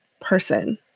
person